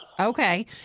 Okay